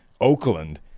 Oakland